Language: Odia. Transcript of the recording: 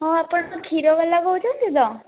ହଁ ଆପଣ ତ କ୍ଷୀର ବାଲା କହୁଛନ୍ତି ତ